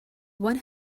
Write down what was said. one